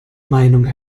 meinung